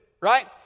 right